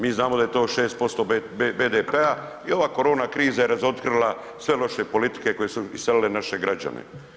Mi znamo da je to 6% BDP-a i ova korona kriza je razotkrila sve loše politike koje su iselile naše građane.